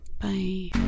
bye